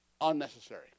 unnecessary